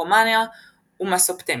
רומניה ומסופוטמיה.